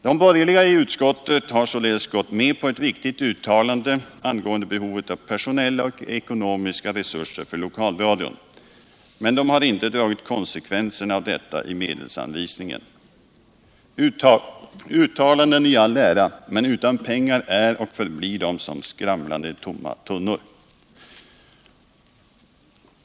De borgerliga i utskottet har således gått med på ett viktigt uttalande angående behovet av personella och ekonomiska resurser för lokalradion, men de har inte dragit konsekvenserna av detta i medelsanvisningen. Uttalanden i all ära, men utan pengar är och förblir de som skramlande tomma tunnor.